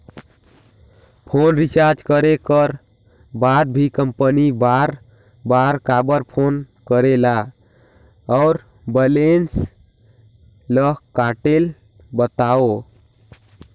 Phone recharge करे कर बाद भी कंपनी बार बार काबर फोन करेला और बैलेंस ल काटेल बतावव?